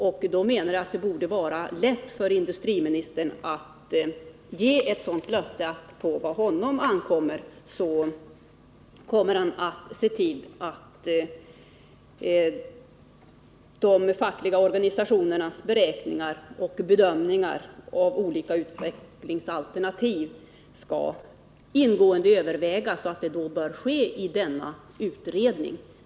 Jag menar att det borde vara lätt för industriministern att ge ett löfte, att vad på honom ankommer skall han se till att de fackliga organisationernas beräkningar och bedömningar av olika utvecklingsalternativ skall ingående övervägas och att det då bör ske i denna utredning.